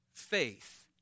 faith